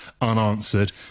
unanswered